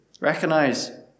Recognize